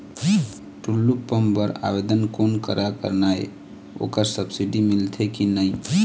Tullu pump बर आवेदन कोन करा करना ये ओकर सब्सिडी मिलथे की नई?